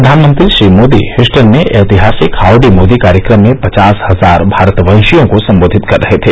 प्रधानमंत्री श्री मोदी ह्यस्टन में ऐतिहासिक हाउडी मोदी कार्यक्रम में पचास हजार भारतवंशियों को संबेधित कर रहे थे